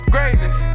Greatness